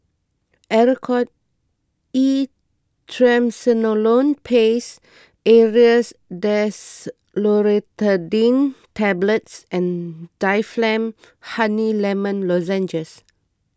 Oracort E Triamcinolone Paste Aerius DesloratadineTablets and Difflam Honey Lemon Lozenges